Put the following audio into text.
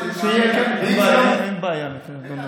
שיהיה, אין בעיה מבחינתנו.